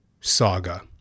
saga